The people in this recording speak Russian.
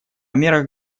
мерах